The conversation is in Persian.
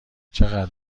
چقدر